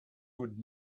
would